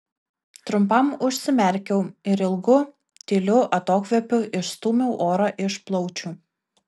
trumpam užsimerkiau ir ilgu tyliu atokvėpiu išstūmiau orą iš plaučių